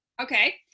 Okay